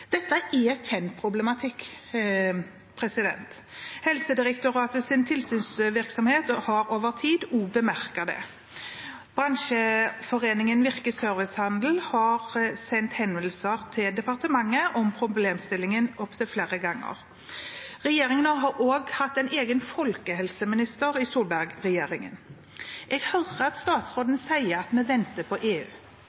Dette er kjent problematikk. Helsedirektoratets tilsynsvirksomhet har over tid også bemerket det. Bransjeforeningen Virke Servicehandel har sendt henvendelser til departementet om problemstillingen opptil flere ganger. Man har også hatt en egen folkehelseminister i Solberg-regjeringen. Jeg hører statsråden si at